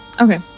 Okay